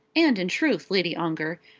and, in truth, lady ongar,